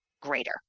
greater